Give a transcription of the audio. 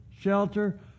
shelter